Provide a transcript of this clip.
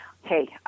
hey